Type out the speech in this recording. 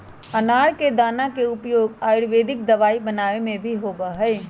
अनार के दाना के उपयोग आयुर्वेदिक दवाई बनावे में भी होबा हई